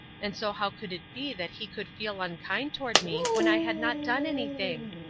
and so how could it be that he could feel unkind toward me when i had not done anything?